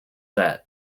debt